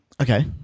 Okay